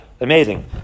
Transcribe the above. amazing